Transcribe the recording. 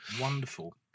wonderful